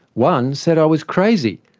one said i was crazy.